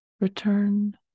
return